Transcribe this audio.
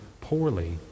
poorly